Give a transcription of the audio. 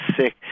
sick